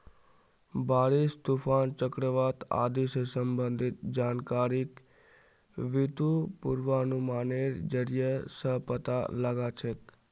बारिश, तूफान, चक्रवात आदि स संबंधित जानकारिक बितु पूर्वानुमानेर जरिया स पता लगा छेक